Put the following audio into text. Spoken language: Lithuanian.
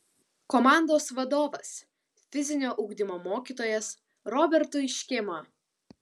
komandos vadovas fizinio ugdymo mokytojas robertui škėma